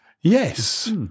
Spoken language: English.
Yes